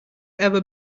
ever